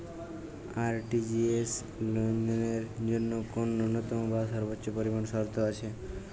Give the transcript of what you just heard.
RTGS লেনদেনের জন্য কোন ন্যূনতম বা সর্বোচ্চ পরিমাণ শর্ত আছে?